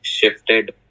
shifted